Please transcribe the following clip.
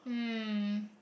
mm